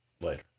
Later